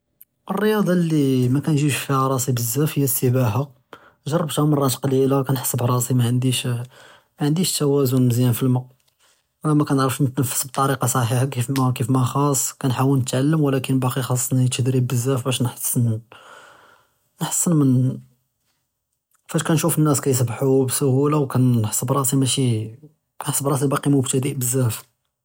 אֶלְרִיַּاضָה לִי מַאקַאנְגִ'יבְּש פִיהָ רַאסִי בְּזַאף הִי אֶלסְּבָּاحָה, גַ'רַבְתְהَا מְרָאת קְלִילָה, כַּאנְחִס בְּרַאסִי מַעַנְדִיש אַה מַעַנְדִיש תַּוְזּוֹן מְזְיַאן פִּלְמַא רַאח מַאקַאנְעַרַףְש נִתְנַפַּס בְּטַרִיקַה Ṣְحִیحָה כִּיף מַא כִּיף מַא חַאṣּ כַּאנְחَاوַּל נִתְעַלְּם וּלָקִין בַּאקִי חַאַסְּנִי תְּדְרִיב בְּזַאף בַּאש נְحַسֵּּן נְحַסֵּן מִן פַּאש כַּאנְשּׁוּף אֶلنَّاس כַּיִּסְבָּחוּ בְּסְהוּלָה וְכַאנְחִס בְּרַאסִי מַשִּי נְחַס בְּרַאסִי בַּאקִי מְבְתַדֵּא בְּזַאף.